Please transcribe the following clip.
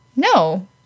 No